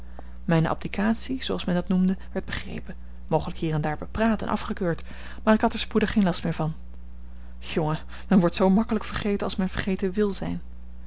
mijne abdicatie zooals men dat noemde werd begrepen mogelijk hier en daar bepraat en afgekeurd maar ik had er spoedig geen last meer van jongen men wordt zoo makkelijk vergeten als men vergeten wil zijn